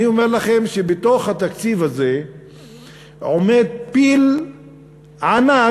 אני אומר לכם שבתוך התקציב הזה עומד פיל ענק